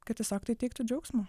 kad tiesiog tai teiktų džiaugsmo